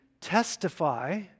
testify